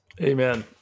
Amen